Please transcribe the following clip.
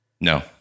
No